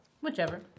Whichever